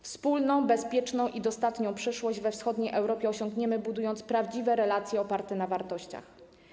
Wspólną, bezpieczną i dostatnią przyszłość we wschodniej Europie osiągniemy, budując prawdziwe relacje oparte na wartościach.